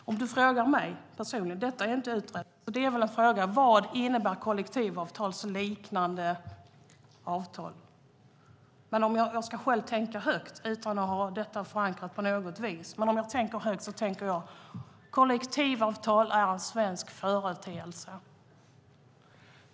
Herr talman! Frågar Monica Green mig personligen? Detta är inte utrett. Vad innebär kollektivavtalsliknande avtal? Låt mig själv tänka högt utan att ha detta förankrat på något vis. Då tänker jag att kollektivavtal är en svensk företeelse.